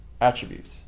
attributes